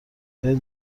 بهت